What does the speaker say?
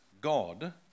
God